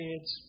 kids